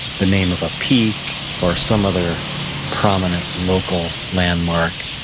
the name of a peak or some other prominent local landmark.